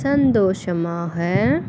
சந்தோஷமாக